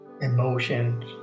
emotions